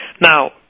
Now